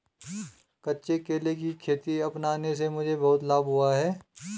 कच्चे केले की खेती अपनाने से मुझे बहुत लाभ हुआ है